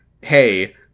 Hey